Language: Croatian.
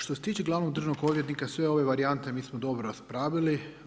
Što se tiče glavnog državnog odvjetnika sve ove varijante mi smo dobro raspravili.